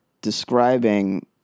describing